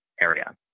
area